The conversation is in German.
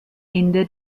ende